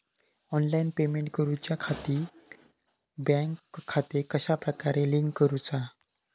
Online payment करुच्याखाती bank खाते कश्या प्रकारे लिंक करुचा?